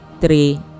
three